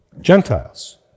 Gentiles